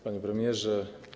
Panie Premierze!